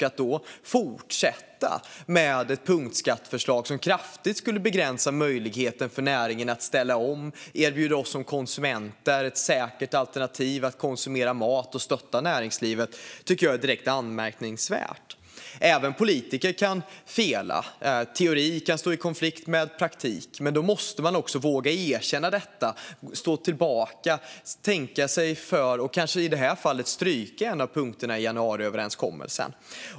Att då fortsätta med ett förslag på punktskatt som kraftigt skulle begränsa möjligheten för näringen att ställa om och att erbjuda oss som konsumenter ett säkert alternativ för att konsumera mat och samtidigt stötta näringslivet tycker jag är direkt anmärkningsvärt. Även politiker kan fela. Teori kan stå i konflikt med praktik. Men då måste man också våga erkänna det, stå tillbaka, tänka sig för och i det här fallet kanske stryka en av punkterna i januariöverenskommelsen.